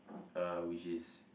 uh which is